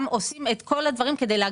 גם עושים את כל הדברים כדי להגדיל את המלאי.